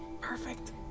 Perfect